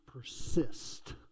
persist